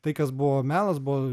tai kas buvo melas buvo